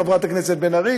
חברת הכנסת בן ארי